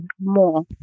more